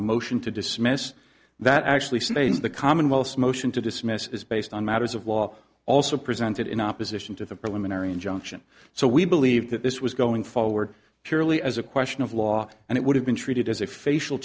the motion to dismiss that actually saves the commonwealth's motion to dismiss is based on matters of law also presented in opposition to the preliminary injunction so we believe that this was going forward purely as a question of law and it would have been treated as a facial